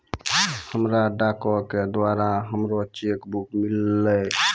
हमरा डाको के द्वारा हमरो चेक बुक मिललै